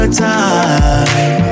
time